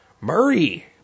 Murray